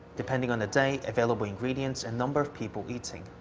depending on the day, available ingredients, and number of people eating,